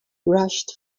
rushed